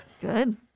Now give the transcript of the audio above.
Good